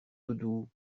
doudou